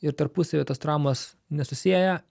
ir tarpusavyje tos traumos nesusieja